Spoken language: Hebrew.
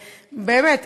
באמת,